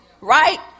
Right